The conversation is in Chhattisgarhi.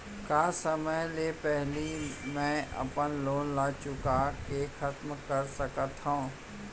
का समय ले पहिली में अपन लोन ला चुका के खतम कर सकत हव?